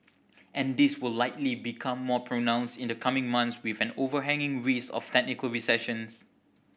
and this will likely become more pronounced in the coming months with an overhanging risk of technical recession